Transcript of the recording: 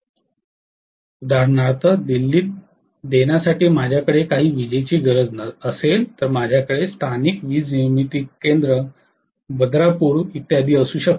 त्यामुळे उदाहरणार्थ दिल्लीत देण्यासाठी माझ्याकडे काही विजेची गरज असेल तर माझ्याकडे स्थानिक वीज निर्मिती केंद्र बदरपूर इत्यादी असू शकते